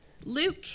Luke